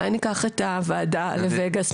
אולי ניקח את הוועדה לווגאס,